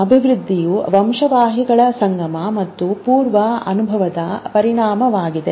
ಅಭಿವೃದ್ಧಿಯು ವಂಶವಾಹಿಗಳ ಸಂಗಮ ಮತ್ತು ಪೂರ್ವ ಅನುಭವದ ಪರಿಣಾಮವಾಗಿದೆ